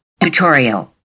Tutorial